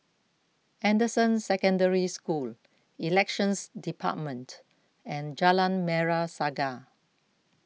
Anderson Secondary School Elections Department and Jalan Merah Saga